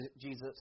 Jesus